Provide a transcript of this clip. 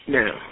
now